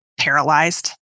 paralyzed